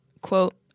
Quote